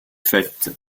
faite